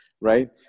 Right